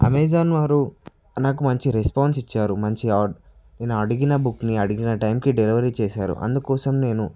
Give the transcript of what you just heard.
Amazon వారు నాకు మంచి రెస్పాన్స్ ఇచ్చారు మంచి ఆర్ద్ నేనడిగిన బుక్ని అడిగిన టైంకి డెలివరీ చేసారు అందుకోసం నేను